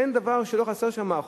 אין דבר שלא חסר שם.